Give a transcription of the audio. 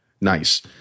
Nice